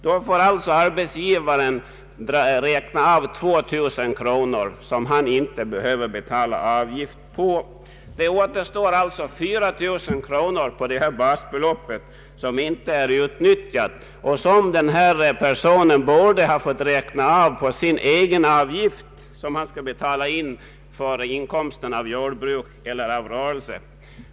Arbetsgivaren får i så fall räkna av 2000 kronor vid avgiftsbetalningen. Då återstår således 4 000 kronor av basbeloppet som inte utnyttjas och som den person det här gäller borde ha fått räkna av på sin egenavgift som han skall betala in för inkomsten av jordbruk eller rörelse.